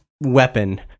weapon